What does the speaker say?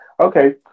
Okay